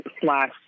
slash